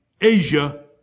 Asia